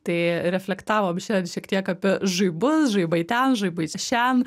tai reflektavom šiandien šiek tiek apie žaibus žaibai ten žaibais šen